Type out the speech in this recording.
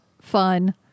fun